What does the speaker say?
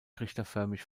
trichterförmig